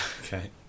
Okay